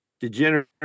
degenerate